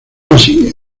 así